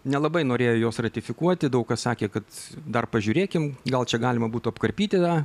nelabai norėjo jos ratifikuoti daug kas sakė kad dar pažiūrėkim gal čia galima būtų apkarpyti tą